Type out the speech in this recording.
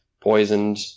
poisoned